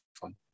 fun